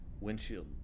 windshield